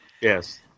Yes